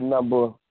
number